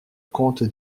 comte